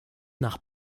nach